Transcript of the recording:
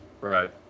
Right